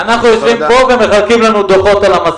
אנחנו נמצאים כאן ומחלקים לנו בחוץ דוחות.